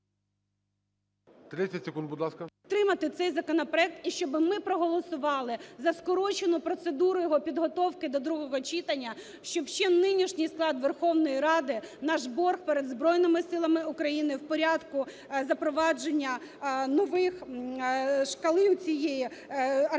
І.В. ... підтримати цей законопроект, і щоби ми проголосували за скорочену процедуру його підготовки до другого читання, щоб ще нинішній склад Верховної Ради наш борг перед Збройними Силами України в порядку запровадження нових... шкали оцієї армійських